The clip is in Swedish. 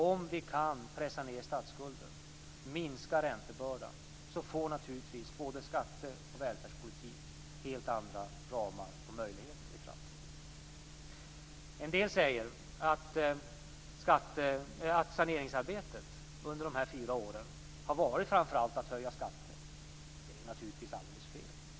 Om vi kan pressa ned statsskulden och minska räntebördan får naturligtvis både skatteoch välfärdspolitik helt andra ramar och möjligheter i framtiden. En del säger att saneringsarbetet under de här fyra åren framför allt har bestått av att höja skatter. Det är naturligtvis alldeles fel.